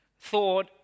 thought